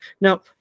Now